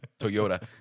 Toyota